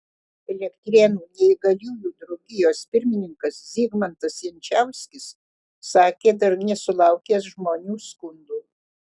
elektrėnų neįgaliųjų draugijos pirmininkas zigmantas jančauskis sakė dar nesulaukęs žmonių skundų